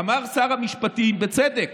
אמר שר המשפטים, בצדק,